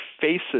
faces